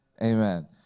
Amen